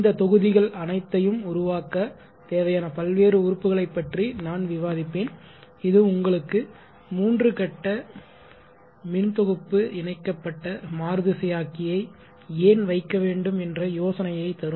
இந்த தொகுதிகள் அனைத்தையும் உருவாக்க தேவையான பல்வேறு உறுப்புகளை பற்றி நான் விவாதிப்பேன் இது உங்களுக்கு 3 கட்ட மின் தொகுப்பு இணைக்கப்பட்ட மாறுதிசையாக்கியை ஏன் வைக்க வேண்டும் என்ற யோசனையைத் தரும்